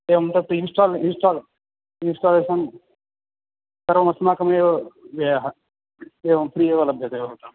एवं तत् install install installation सर्वमस्माकमेव व्ययः एवं फ़्री एव लभ्यते भवताम्